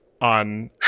on